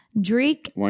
Drake